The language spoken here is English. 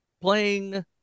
Playing